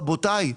רבותיי,